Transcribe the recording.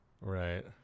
Right